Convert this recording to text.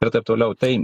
ir taip toliau tai